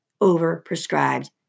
over-prescribed